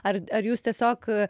ar ar jūs tiesiog